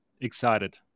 excited